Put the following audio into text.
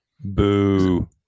boo